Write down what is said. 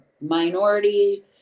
minority